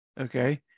Okay